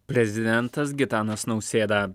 prezidentas gitanas nausėda